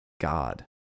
God